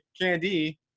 candy